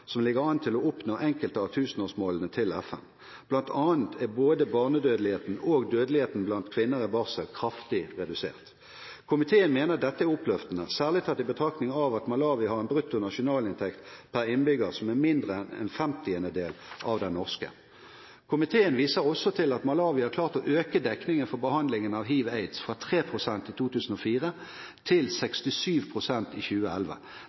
som ligger an til å oppnå enkelte av tusenårsmålene til FN. Blant annet er både barnedødeligheten og dødeligheten blant kvinner i barsel kraftig redusert. Komiteen mener dette er oppløftende, særlig tatt i betraktning av at Malawi har en brutto nasjonalinntekt per innbygger som er mindre enn en femtiendedel av den norske. Komiteen viser også til at Malawi har klart å øke dekningen for behandlingen av hiv/aids fra 3 pst. i 2004 til 67 pst. i 2011.